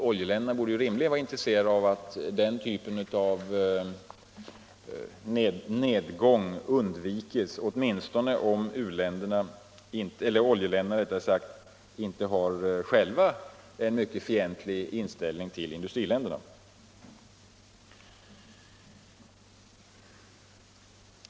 Oljeländerna borde rimligen vara intresserade av att den typen av nedgång undviks — åtminstone om oljeländerna inte själva har en mycket fientlig inställning till i-länderna.